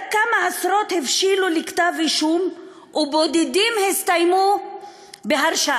רק כמה עשרות הבשילו לכתב אישום ובודדים הסתיימו בהרשעה.